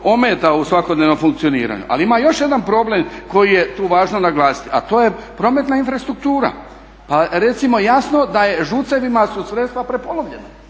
ometa u svakodnevnom funkcioniranju. Ali ima još jedan problem koji je tu važno naglasiti a to je prometna infrastruktura. Pa recimo jasno da je ŽUC-evima su sredstva prepolovljena.